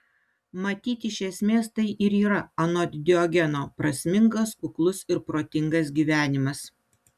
matyt iš esmės tai ir yra anot diogeno prasmingas kuklus ir protingas gyvenimas